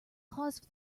cause